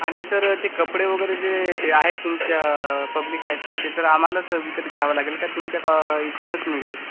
आणि सर ते कपडे वगैरे जे जे आहेत तुमच्या पब्लिक हायस्कूलचे तर आम्हालाच विकत घ्यावं लागेल का तुमच्या क इकडूनच मिळेल